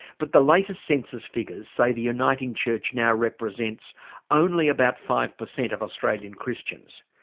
but the latest census figures say the uniting church now represents only about five per cent of australian christians.